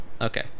Okay